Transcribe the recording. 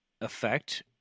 effect